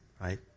right